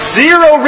zero